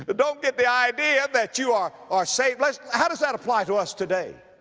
but don't get the idea that you are, are saved. let's, how does that apply to us today?